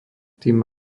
tým